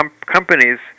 companies